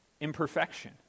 imperfection